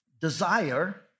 Desire